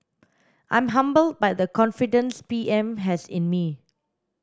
I'm humbled by the confidence P M has in me